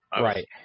Right